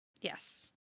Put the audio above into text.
Yes